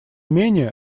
менее